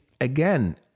again